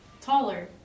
taller